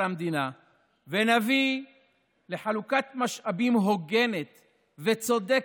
המדינה ונביא לחלוקת משאבים הוגנת וצודקת,